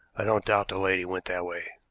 i don't doubt the lady went that way.